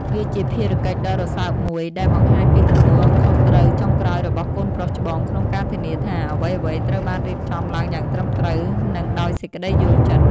វាជាភារកិច្ចដ៏រសើបមួយ ដែលបង្ហាញពីទំនួលខុសត្រូវចុងក្រោយរបស់កូនប្រុសច្បងក្នុងការធានាថា អ្វីៗត្រូវបានរៀបចំឡើងយ៉ាងត្រឹមត្រូវ និងដោយសេចក្ដីយល់ចិត្ត។